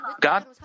God